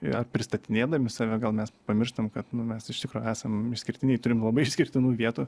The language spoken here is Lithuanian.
ar pristatinėdami save gal mes pamirštam kad nu mes iš tikro esam išskirtiniai turim labai išskirtinų vietų